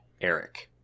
Eric